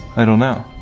i don't know,